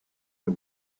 the